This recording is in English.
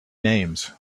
names